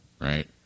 Right